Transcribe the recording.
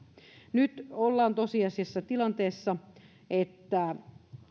nyt ollaan tosiasiassa tilanteessa että